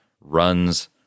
runs